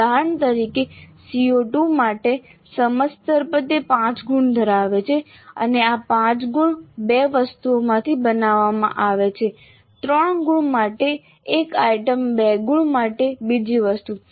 ઉદાહરણ તરીકે CO2 માટે સમજ સ્તર પર તે 5 ગુણ ધરાવે છે અને આ 5 ગુણ બે વસ્તુઓમાંથી બનાવવામાં આવે છે 3 ગુણ માટે એક આઇટમ 2 ગુણ માટે બીજી વસ્તુ